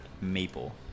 maple